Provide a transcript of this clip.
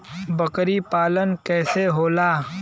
बकरी पालन कैसे होला?